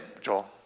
Joel